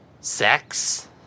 Sex